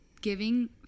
giving